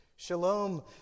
Shalom